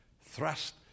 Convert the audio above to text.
thrust